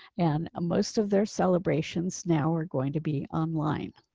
and ah most of their celebrations. now are going to be online.